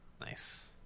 nice